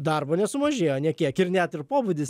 darbo nesumažėjo nė kiek ir net ir pobūdis